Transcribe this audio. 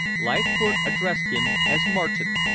leithcourt addressed him as martin,